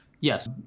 Yes